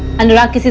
anurag?